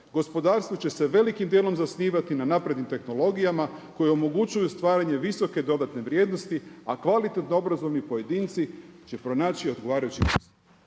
Gospodarstvo će se velikim dijelom zasnivati na naprednim tehnologijama koje omogućuju stvaranje visoke dodane vrijednosti a kvalitetno obrazovni pojedinci će pronaći odgovarajući …/Ne